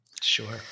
Sure